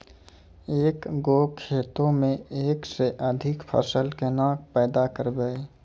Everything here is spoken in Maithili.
एक गो खेतो मे एक से अधिक फसल केना पैदा करबै?